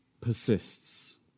persists